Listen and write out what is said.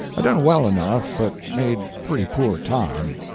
i done well enough, but made pretty poor time.